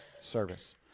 service